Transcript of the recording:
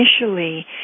Initially